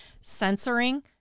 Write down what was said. censoring